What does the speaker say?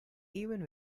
even